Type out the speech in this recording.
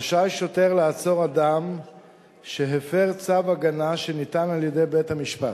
רשאי שוטר לעצור אדם שהפר צו הגנה שניתן על-ידי בית-משפט.